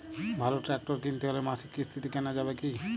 ভালো ট্রাক্টর কিনতে হলে মাসিক কিস্তিতে কেনা যাবে কি?